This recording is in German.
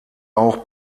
auch